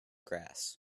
grass